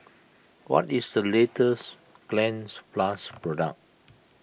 what is the latest Cleanz Plus product